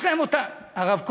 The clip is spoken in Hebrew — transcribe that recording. יש להם אותם, הרב כהן,